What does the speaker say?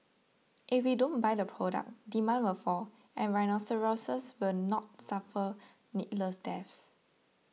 if we don't buy the product demand will fall and rhinoceroses will not suffer needless deaths